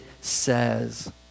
says